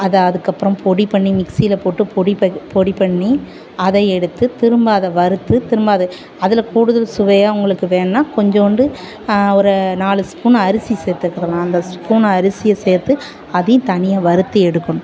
அதை அதுக்கு அப்புறம் பொடி பண்ணி மிக்ஸியில் போட்டு பொடி பன் பொடி பண்ணி அதை எடுத்து திரும்ப அதை வறுத்து திரும்ப அதை அதில் கூடுதல் சுவையாக உங்களுக்கு வேணும்னா கொஞ்சவோண்டு ஒரு நாலு ஸ்புன் அரிசி சேர்த்துக்கலாம் அந்த ஸ்புன் அரிசியை சேர்த்து அதையும் தனியாக வறுத்து எடுக்கணும்